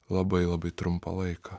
labai labai trumpą laiką